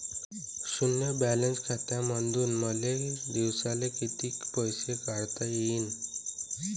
शुन्य बॅलन्स खात्यामंधून मले दिवसाले कितीक पैसे काढता येईन?